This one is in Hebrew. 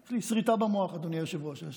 יש לי סריטה במוח, אדוני היושב-ראש.